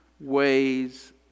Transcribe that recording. ways